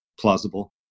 plausible